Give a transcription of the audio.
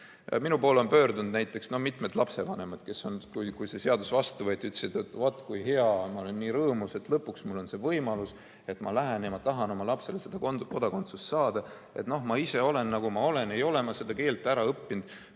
Minu poole on pöördunud mitmed lapsevanemad, kes ütlesid, kui see seadus vastu võeti, et vaat kui hea, ma olen nii rõõmus, et lõpuks mul on see võimalus, et ma lähen ja annan teada, et ma tahan oma lapsele Eesti kodakondsust saada. Et noh, ma ise olen, nagu ma olen, ei ole ma seda keelt ära õppinud,